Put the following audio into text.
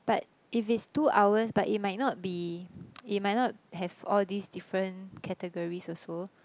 but if it's two hours but it might not be it might not have all these different categories also